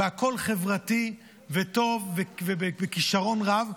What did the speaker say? והכול חברתי וטוב ובכישרון רב.